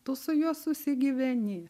tu su juo susigyveni